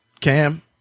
Cam